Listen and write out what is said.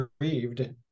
grieved